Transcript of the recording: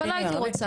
את זה לא הייתי רוצה.